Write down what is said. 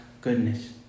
goodness